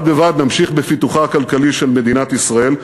בד בבד נמשיך בפיתוחה הכלכלי של מדינת ישראל,